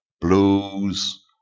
blues